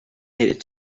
needed